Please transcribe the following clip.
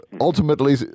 ultimately